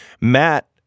Matt